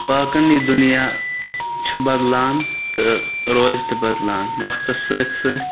واقَن یہِ دُنیا چھُ بدلان تہٕ روزِ تہِ بَدلان وقتَس سۭتۍ سۭتۍ